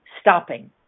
stopping